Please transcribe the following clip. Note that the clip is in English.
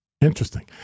Interesting